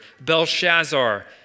Belshazzar